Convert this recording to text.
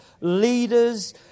leaders